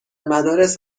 مدارس